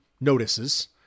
notices